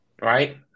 right